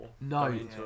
No